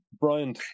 Brian